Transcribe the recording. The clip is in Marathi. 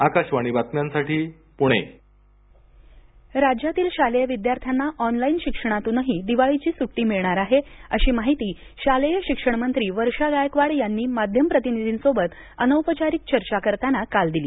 आकाशवाणीच्या बातम्यांसाठी शिवराज सणस पुणे दिवाळीची सुट्टी राज्यातील शालेय विद्यार्थ्यांना ऑनलाईन शिक्षणातूनही दिवाळीची सुट्टी मिळणार आहे अशी माहिती शालेय शिक्षणमंत्री वर्षा गायकवाड यांनी माध्यम प्रतिनिधींसोबत अनौपचारिक चर्चाकरतांना काल दिली